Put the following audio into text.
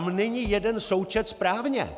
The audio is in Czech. Tam není jeden součet správně!